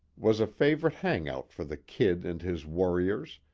was a favorite hangout for the kid and his warriors,